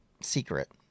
secret